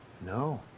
No